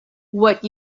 what